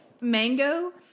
mango